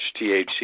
THC